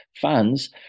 fans